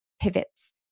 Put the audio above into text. pivots